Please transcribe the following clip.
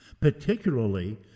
particularly